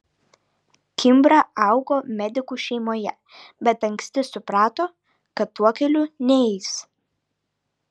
kimbra augo medikų šeimoje bet anksti suprato kad tuo keliu neis